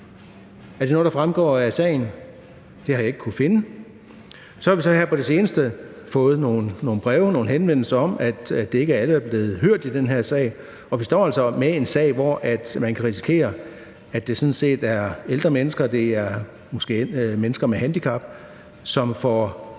Er det noget, der fremgår af sagen? Det har jeg ikke kunnet finde. Så har vi her på det seneste fået nogle breve, henvendelser, om, at det ikke er alle, der er blevet hørt i den her sag, og vi står altså med en sag, hvor man kan risikere, at det er ældre mennesker, måske mennesker med handicap, som får